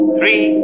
three